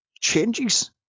changes